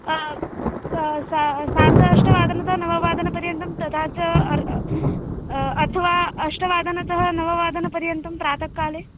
हा सा सा सार्ध अष्टवादनतः नववादनपर्यन्तं तथा च अथवा अष्टवादनतः नववादनपर्यन्तं प्रातःकाले